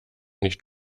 nicht